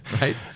right